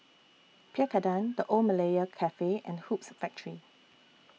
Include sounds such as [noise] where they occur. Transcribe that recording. [noise] Pierre Cardin The Old Malaya Cafe and Hoops Factory